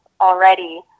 already